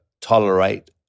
tolerate